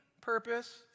purpose